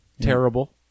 terrible